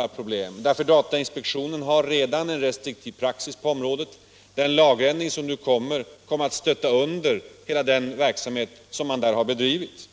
några problem, för datainspektionen har redan en restriktiv praxis på området. Den lagändring som nu görs kommer att stötta under den verksamhet som man där har bedrivit.